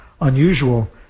unusual